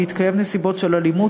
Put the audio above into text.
בהתקיים נסיבות של אלימות,